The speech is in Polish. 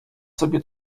sobie